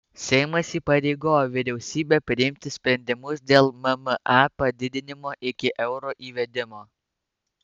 seimas įpareigojo vyriausybę priimti sprendimus dėl mma padidinimo iki euro įvedimo